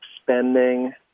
spending